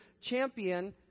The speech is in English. champion